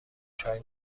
چای